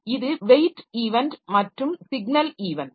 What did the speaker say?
இது wait event மற்றும் signal event